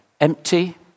empty